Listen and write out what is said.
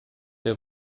der